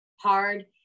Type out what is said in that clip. hard